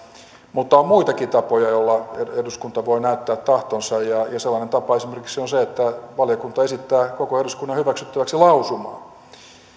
mutta on muitakin tapoja joilla eduskunta voi näyttää tahtonsa ja sellainen tapa esimerkiksi on se että valiokunta esittää koko eduskunnan hyväksyttäväksi lausumaa